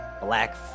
Black